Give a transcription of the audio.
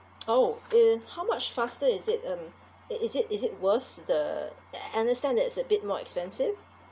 oh and how much faster is it um it is it is it worth the I understand that it's a bit more expensive